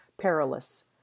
perilous